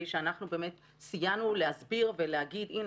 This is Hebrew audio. שאנחנו באמת נסייע להסביר ולהגיד: הינה,